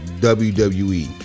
WWE